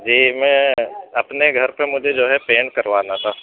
جی میں اپنے گھر پہ مجھے جو ہے پینٹ کروانا تھا